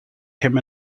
tim